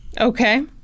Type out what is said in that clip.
Okay